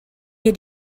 had